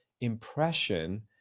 impression